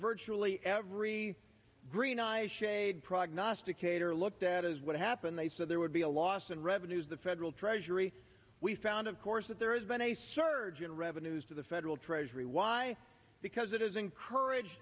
virtually every green eyeshade prognosticator looked at is what happened they said there would be a loss in revenues the federal treasury we found of course that there has been a surge in revenues to the federal treasury why because it has encouraged